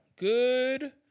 Good